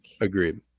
agreed